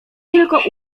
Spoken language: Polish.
tylko